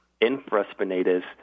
infraspinatus